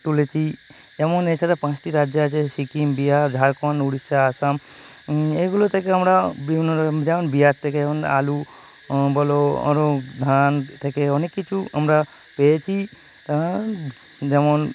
করেছি যেমন এছাড়া পাঁচটি রাজ্য আছে সিকিম বিহার ঝাড়খণ্ড উড়িষ্যা আসাম এইগুলো থেকে আমরা বিভিন্ন রকম যেমন বিহার থেকে আমরা আলু বলো আরও ধান থেকে অনেক কিছু আমরা পেয়েছি যেমন